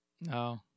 No